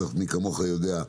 מי כמוך יודע,